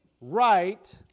right